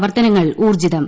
പ്രവർത്തനങ്ങൾ ഊർജ്ജിതം